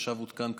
עכשיו הותקן קבוע.